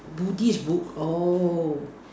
buddhist book oh